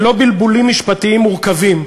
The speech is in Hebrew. ללא בלבולים משפטיים מורכבים,